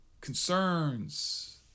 concerns